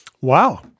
Wow